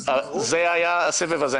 סליחה, זה היה הסבב הזה.